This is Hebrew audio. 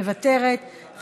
מוותרת,